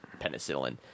penicillin